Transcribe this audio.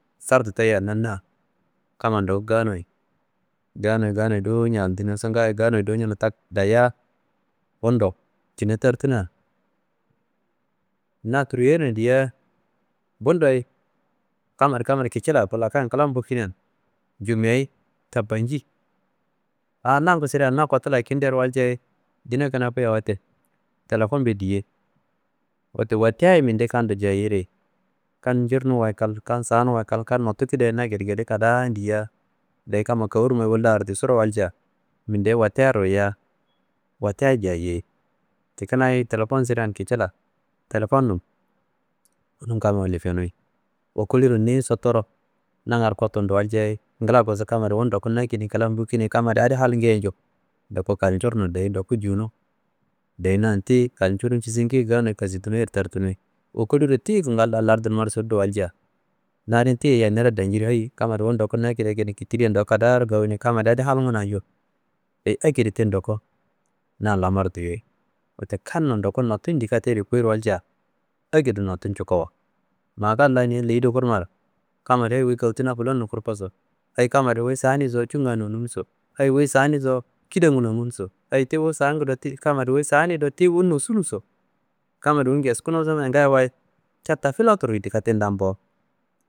Sardu taya nanna kamma ndoku ganoyi, ganoyi ganoyi dowo nja aado nosu ngayo ganoyi dowo njuno tak dayiya, bundo cina tartuna na turyoyina diya bundoye kammadi kammadi kicila ko lakan kla mbokinan nju meyi tabanci aa nangu sida na kotula ye kintu yero walciya dina kina kuya wette telefonbe diye, wette wotiya ye minde minde kando jayereyi, kan njirnumwa ye kal, kan sanumwa ye kal, kan notu kidayo na gede gede kadaan diya ndeyi kamma kornumma wollaa hardisurowalcia minde wotiya ruwuya, wotiya jayeyi ti kinaye telefon sidea kicila, telefonun kunum kamma lefenuyi wokoliro niyiye sotoro nangaro kotumro walciyiaye ngila kosu, kammadi wu ndoku na ekedin kla mbokine ye kammadi adi halngu ye nju ndoku kalcurno deyi ndoku juwuno, deyi nan tiyi kalcuru tiyi njisenki ye ganoyi kasidinoyi yero tartunoyi. Wokoliro tiyi kangal la lardunummaro sodurowalcia na adin tiyi ye yiya niro danciri hayi kammadi wu ndaku na ekedi ekedi kitiliye kadaro gawune kammadi adi halnguna nju «hesitation » ekedi ti ndaku nan lamar duyeyi. Wette kannun ndoku notu yindi katero yukoyirowalcia ekedo notu njukowo, maa kam la niyi leyi do kurmaro kammadi heyi wuyi kotu na filanin kurkoso, heyi kammadi wuyi sani do cunga wuyi nonunuso, heyi wuyi sani do kidanga wuyi nonunuso, heyi ti wu sangu do, tiyi kammadi wuyi sanido tiyi wu nosunuso, kammadi tiyi ngeskunoso ma ngayiwayi cataa filetruwu yindi katendan bo